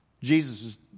Jesus